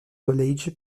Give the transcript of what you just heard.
college